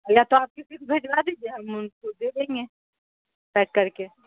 یا تو آپ کسی کو بھجوا دیجیے ہم ان کو دے دیں گے پیک کر کے